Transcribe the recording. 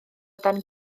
dan